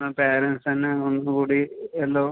ആ പാരൻ്റ്സ് തന്നെ ഒന്ന് കൂടി എല്ലാം